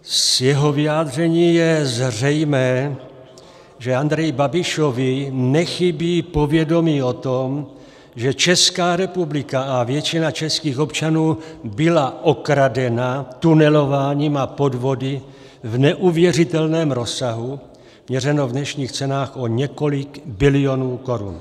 Z jeho vyjádření je zřejmé, že Andreji Babišovi nechybí povědomí o tom, že Česká republika a většina českých občanů byla okradena tunelováním a podvody v neuvěřitelném rozsahu, měřeno v dnešních cenách o několik bilionů korun.